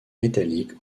métallique